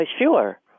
Sure